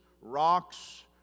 rocks